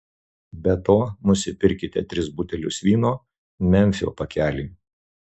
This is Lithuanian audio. be to nupirkite tris butelius vyno memfio pakelį